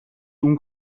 اون